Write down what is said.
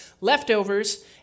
leftovers